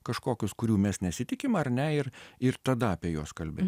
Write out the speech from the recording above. kažkokius kurių mes nesitikim ar ne ir ir tada apie juos kalbėt